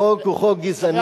החוק הוא חוק גזעני,